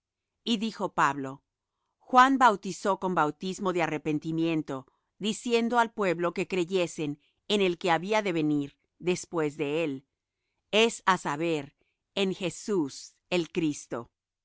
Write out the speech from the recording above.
y dijo pablo juan bautizó con bautismo de arrepentimiento diciendo al pueblo que creyesen en el que había de venir después de él es á saber en jesús el cristo